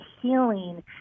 healing